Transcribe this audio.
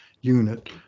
unit